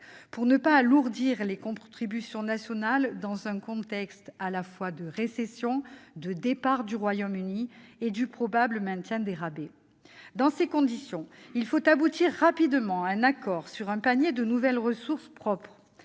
pour ne pas alourdir les contributions nationales dans un contexte qui conjugue récession, départ du Royaume-Uni et probable maintien des rabais. Dans ces conditions, il faut aboutir rapidement à un accord sur un panier de nouvelles ressources propres.